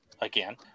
again